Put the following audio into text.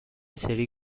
سری